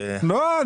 לא.